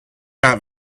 not